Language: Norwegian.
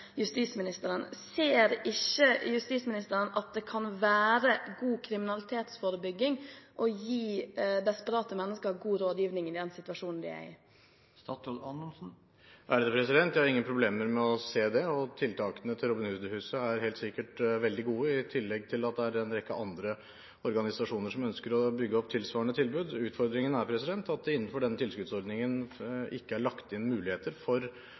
justisministeren: Ser ikke justisministeren at det kan være god kriminalitetsforebygging å gi desperate mennesker god rådgivning i den situasjonen de er i? Jeg har ingen problemer med å se det, og tiltakene til Robin Hood Huset er helt sikkert veldig gode – i tillegg til at det er en rekke andre organisasjoner som ønsker å bygge opp tilsvarende tilbud. Utfordringen er at det innenfor denne tilskuddsordningen ikke er lagt inn muligheter for